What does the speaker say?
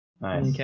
Nice